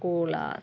koalas